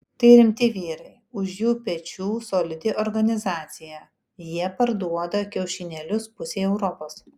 tai rimti vyrai už jų pečių solidi organizacija jie parduoda kiaušinėlius pusei europos